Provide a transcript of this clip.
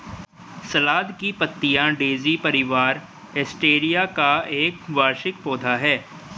सलाद की पत्तियाँ डेज़ी परिवार, एस्टेरेसिया का एक वार्षिक पौधा है